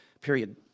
period